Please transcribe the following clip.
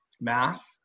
Math